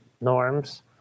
norms